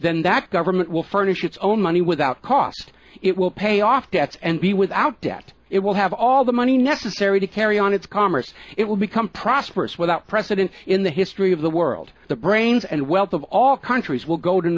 then that government will furnish its own money without cost it will pay off debts and be without debt it will have all the money necessary to carry on its commerce it will become prosperous without precedent in the history of the world the brains and wealth of all countries will go to